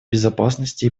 безопасности